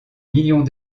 millions